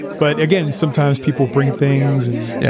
but again, sometimes people bring things, and. yeah